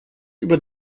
über